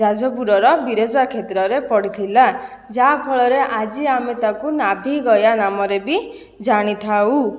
ଯାଜପୁରର ବିରଜା କ୍ଷେତ୍ରରେ ପଡ଼ିଥିଲା ଯାହାଫଳରେ ଆଜି ଆମେ ତାକୁ ନାଭିଗୟା ନାମରେ ବି ଜାଣିଥାଉ